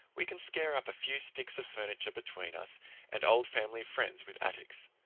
we can scare up a few sticks of finiture between us and old family friends with attics.